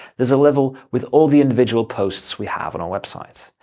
there's a level with all the individual posts we have on our website.